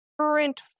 current